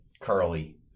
Curly